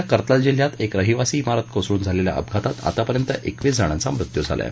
तुर्की मधल्या करताल जिल्ह्यात एक रहिवासी मारत कोसळून झालेल्या अपघातात आतापर्यंत एकवीस जणांचा मृत्यू झाला आहे